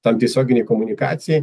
tam tiesioginei komunikacijai